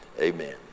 Amen